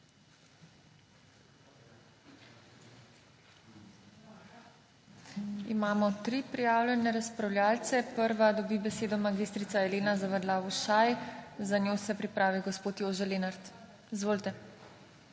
Imamo tri prijavljene razpravljavce. Prva dobi besedo mag. Elena Zavadlav Ušaj, za njo se pripravi gospod Jože Lenart. Izvolite.